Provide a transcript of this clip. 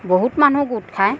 বহুত মানুহ গোট খায়